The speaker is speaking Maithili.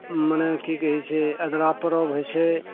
मने कि कहै छै आद्रा परब होइ छै